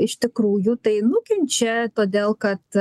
iš tikrųjų tai nukenčia todėl kad